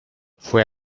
fue